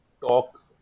talk